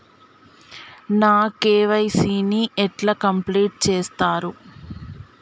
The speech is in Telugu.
నా కే.వై.సీ ని ఎక్కడ కంప్లీట్ చేస్తరు?